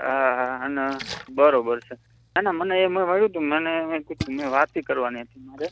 હા હા અને બરાબર છે ના ના મને એમાં મળ્યું હતું મને એમ થયું મારે વાત બી કરવાની હતી મારે